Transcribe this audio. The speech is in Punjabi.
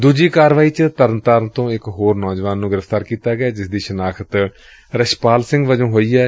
ਦੂਜੀ ਕਾਰਵਾਈ ਚ ਤਰਨਤਾਰਨ ਤੋ ਇਕ ਹੋਰ ਨੌਜਵਾਨ ਨੂੰ ਗ੍੍ਿਫ਼ਤਾਰ ਕੀਤੈ ਜਿਸ ਦੀ ਸ਼ਨਾਖਤ ਰਛਪਾਲ ਸਿੰਘ ਵਜੋਂ ਹੋਈ ਏ